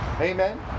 Amen